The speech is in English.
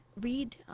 read